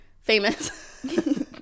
famous